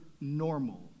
normal